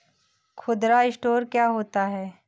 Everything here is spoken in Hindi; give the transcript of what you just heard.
खुदरा स्टोर क्या होता है?